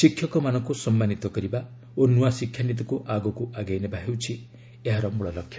ଶିକ୍ଷକମାନଙ୍କୁ ସମ୍ମାନିତ କରିବା ଓ ନୂଆ ଶିକ୍ଷାନୀତିକୁ ଆଗକୁ ଆଗେଇ ନେବା ହେଉଛି ଏହାର ମୂଳ ଲକ୍ଷ୍ୟ